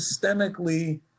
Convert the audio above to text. systemically